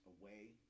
away